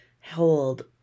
hold